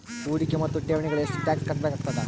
ಹೂಡಿಕೆ ಮತ್ತು ಠೇವಣಿಗಳಿಗ ಎಷ್ಟ ಟಾಕ್ಸ್ ಕಟ್ಟಬೇಕಾಗತದ?